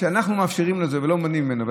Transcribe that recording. כשאנחנו מאפשרים את זה ולא מונעים ממנו,